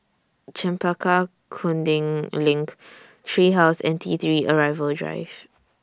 Chempaka Kuning LINK Tree House and T three Arrival Drive